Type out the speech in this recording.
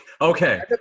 okay